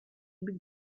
bill